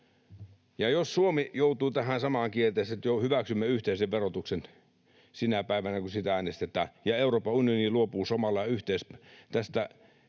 Ja jos Suomi joutuu tähän samaan kierteeseen, että hyväksymme yhteisen verotuksen sinä päivänä kun siitä äänestetään, ja Euroopan unioni luopuu samalla tästä